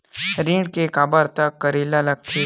ऋण के काबर तक करेला लगथे?